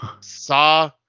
saw